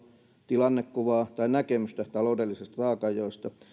tilannekuvaa tai näkemystä taloudellisesta taakanjaosta